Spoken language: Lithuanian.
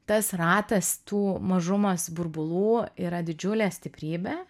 tas ratas tų mažumas burbulų yra didžiulė stiprybė